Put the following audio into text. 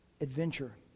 Adventure